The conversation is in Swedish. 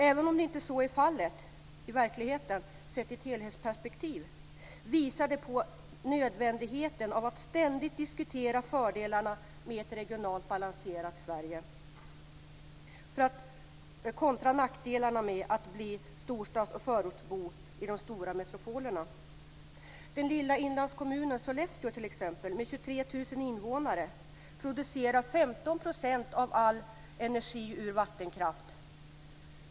Även om det sett i ett helhetsperspektiv inte är så i verkligheten, visar det på nödvändigheten av att ständigt diskutera fördelarna med ett regionalt balanserat Sverige kontra nackdelarna med att vi alla blir storstads och förortsbor i de stora metropolerna. invånare producerar 15 % av all elenergi ur vattenkraft.